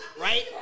right